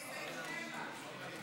39 מתנגדים.